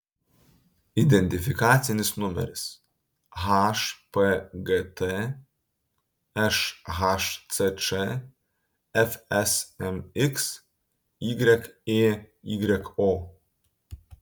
identifikacinis numeris hpgt šhcč fsmx yėyo